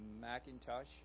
Macintosh